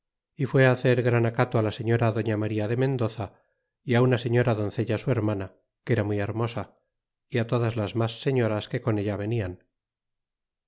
y fué hacer gran acato á la señora doña maría de mendoza y una señora doncella su hermana que era muy hermosa y á todas las mas señoras que con ellas venian